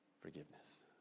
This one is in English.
forgiveness